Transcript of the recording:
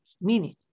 Meaning